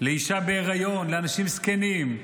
לאישה בהיריון, לאנשים זקנים.